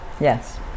yes